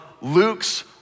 Luke's